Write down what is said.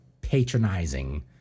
patronizing